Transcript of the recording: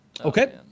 Okay